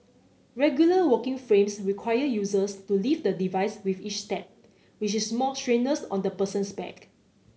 regular walking frames require users to lift the device with each step which is more strenuous on the person's back